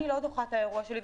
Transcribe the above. אני לא דוחה את האירוע שלי,